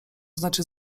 znaczy